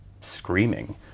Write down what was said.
screaming